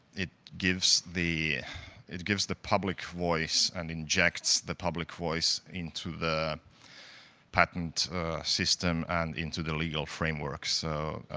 it gives the it gives the public voice and injects the public voice into the patent system and into the legal frameworks. so,